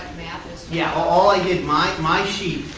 yeah. all i did my my sheet,